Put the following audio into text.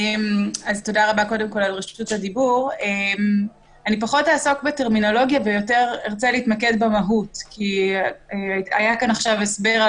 פחות אעסוק בטרמינולוגיה ואתעסק במהות יותר.